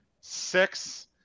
six